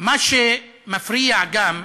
מה שמפריע גם,